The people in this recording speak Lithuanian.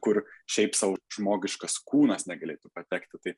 kur šiaip sau žmogiškas kūnas negalėtų patekti tai